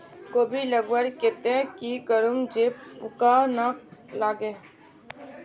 कोबी लगवार केते की करूम जे पूका ना लागे?